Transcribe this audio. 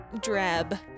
Drab